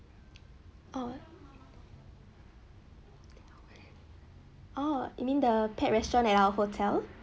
oh oh you mean the pet restaurant at our hotel